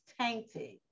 tainted